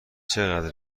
چقدر